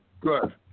Good